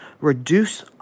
reduce